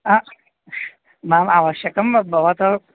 आ मह्यम् आवश्यकं भवतः